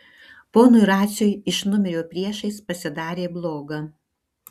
ponui raciui iš numerio priešais pasidarė bloga